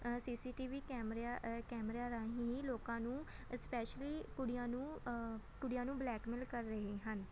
CCTV ਕੈਮਰਿਆਂ ਕੈਮਰਿਆਂ ਰਾਹੀਂ ਹੀ ਲੋਕਾਂ ਨੂੰ ਸਪੈਸ਼ਲੀ ਕੁੜੀਆਂ ਨੂੰ ਕੁੜੀਆਂ ਨੂੰ ਬਲੈਕਮੇਲ ਕਰ ਰਹੇ ਹਨ